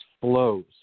flows